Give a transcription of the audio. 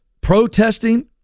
protesting